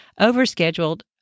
overscheduled